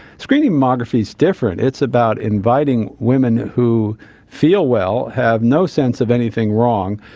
screening mammography is different, it's about inviting women who feel well, have no sense of anything wrong,